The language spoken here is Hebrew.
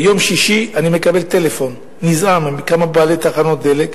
ביום שישי אני מקבל טלפון נזעם מכמה בעלי תחנות דלק,